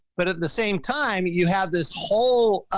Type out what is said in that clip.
but at the same time you have this whole,